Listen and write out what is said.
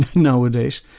nowadays,